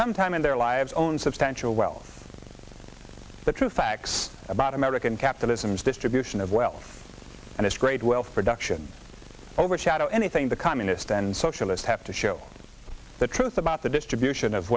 some time in their lives own substantial wealth of the true facts about american capitalism distribution of wealth and its great wealth production overshadow anything the communist and socialist have to show the truth about the distribution of